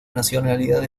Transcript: nacionalidad